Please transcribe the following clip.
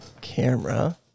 camera